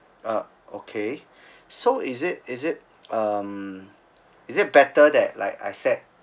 uh okay so is it is it um is it better that like I set